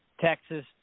Texas